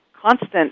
constant